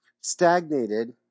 stagnated